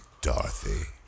Dorothy